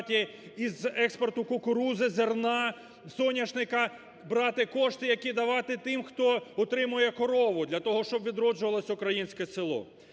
із експорту кукурудзи, зерна, соняшника брати кошти, які давати тим, хто утримує корову, для того, щоб відроджувалось українське село.